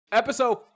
Episode